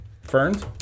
Ferns